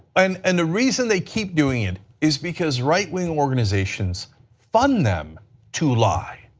and and the reason they keep doing it is because right-wing organizations fund them to lie.